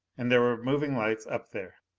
and there were moving lights up there,